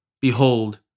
Behold